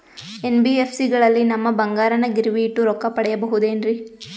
NBFC ಗಳಲ್ಲಿ ನಮ್ಮ ಬಂಗಾರನ ಗಿರಿವಿ ಇಟ್ಟು ರೊಕ್ಕ ಪಡೆಯಬಹುದೇನ್ರಿ?